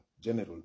general